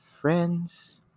friends